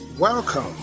Welcome